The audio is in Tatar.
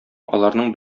аларның